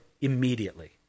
immediately